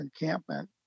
Encampment